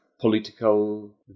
political